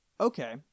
Okay